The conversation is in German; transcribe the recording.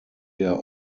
der